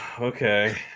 okay